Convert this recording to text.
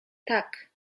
tak